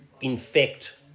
infect